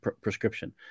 prescription